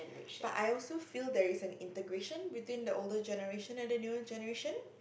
but I also feel there is an integration between the older generation and the newer generation